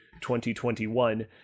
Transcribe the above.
2021